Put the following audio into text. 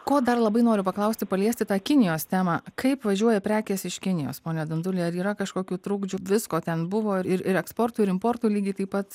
ko dar labai noriu paklausti paliesti tą kinijos temą kaip važiuoja prekės iš kinijos pone dunduli ar yra kažkokių trukdžių visko ten buvo ir ir ir eksportui ir importui lygiai taip pat